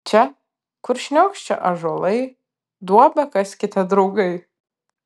čia kur šniokščia ąžuolai duobę kaskite draugai